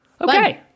Okay